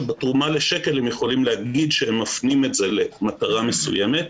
שבתרומה לשק"ל הם יכולים להגיד שהם מפנים את זה למטרה מסוימת.